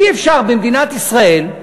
אי-אפשר במדינת ישראל,